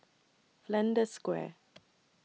Flanders Square